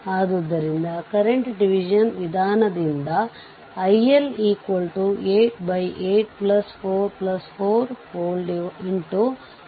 ಆದ್ದರಿಂದ ಇದರ ಮೂಲಕ ಹರಿಯುವ ವಿದ್ಯುತ್ ಪ್ರವಾಹ 2 ಈ ಕರೆಂಟ್ ಮತ್ತು ಪ್ರತಿರೋಧ 6 Ω ಮತ್ತು 2 ಆಂಪಿಯರ್ ಆಗಿದೆ